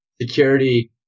security